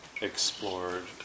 explored